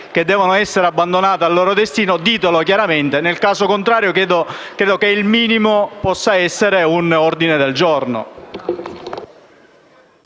che devono essere abbandonate al loro destino, ditelo chiaramente. In caso contrario, credo che il minimo possa essere l'accoglimento di un